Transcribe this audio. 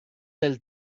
del